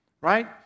right